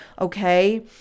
Okay